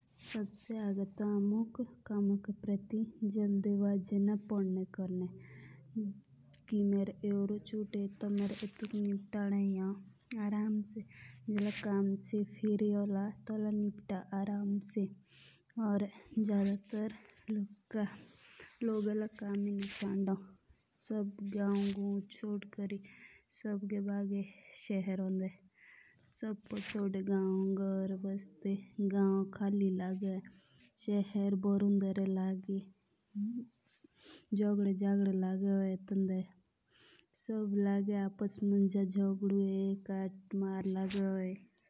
सबसे उम्र तो कमोके परी ये ना पोदनी रोनो जड़ाई जोल्डी बाजी ना पोदनी कोरनी जो मेरो यो रो चुटी या मेरे यो निमतानो ही होन। या जदातर लोग एला कम ही ना संदो सब गाव चोदकोरी सब रे भागी शेरोंदे।